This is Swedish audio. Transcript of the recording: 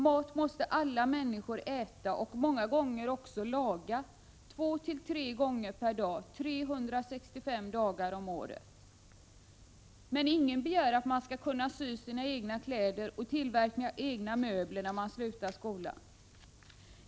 Mat måste alla människor äta, och många gånger också laga två tre gånger per dag 365 dagar om året. Men ingen begär att man skall kunna sy sina egna kläder och tillverka egna möbler när man slutar skolan.